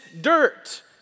dirt